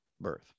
birth